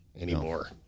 anymore